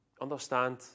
understand